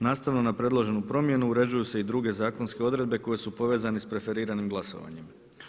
Nastavno na predloženu promjenu uređuju se i druge zakonske odredbe koje su povezane s preferiranim glasovanjem.